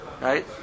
Right